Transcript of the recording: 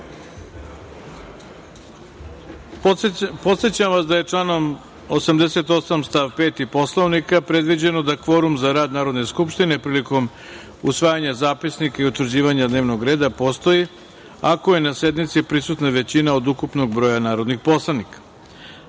vas da je članom 88. stav 5. Poslovnika predviđeno da kvorum za rad Narodne skupštine prilikom usvajanja zapisnika i utvrđivanja dnevnog reda postoji ako je na sednici prisutna većina od ukupnog broja narodnih poslanika. Radi